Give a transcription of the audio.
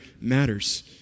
matters